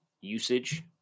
Usage